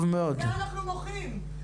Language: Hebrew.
על זה אנחנו מוחים.